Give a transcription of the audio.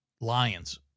Lions